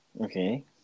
Okay